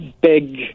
big